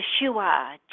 Yeshua